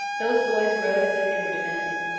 those boys rode as if they were demented.